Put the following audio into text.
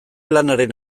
lanaren